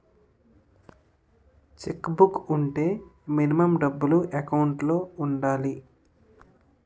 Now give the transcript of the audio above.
Check book వుంటే minimum డబ్బులు account లో ఉండాలి?